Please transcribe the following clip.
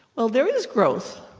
well, there is growth.